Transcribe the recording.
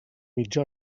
mitja